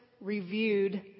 reviewed